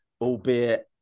albeit